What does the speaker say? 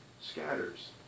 scatters